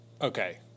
Okay